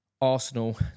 Arsenal